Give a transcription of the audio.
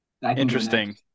Interesting